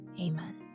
Amen